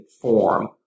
form